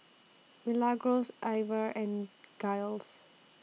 Milagros Iver and Giles